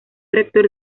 rector